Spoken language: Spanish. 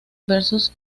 versos